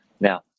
now